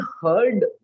heard